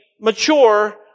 mature